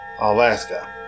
Alaska